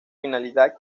finalidad